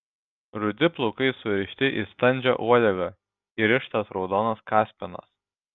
rudi plaukai surišti į standžią uodegą įrištas raudonas kaspinas